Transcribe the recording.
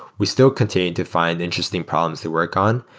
we still continue to find interesting problems to work on.